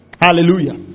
hallelujah